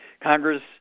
Congress